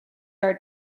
are